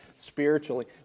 spiritually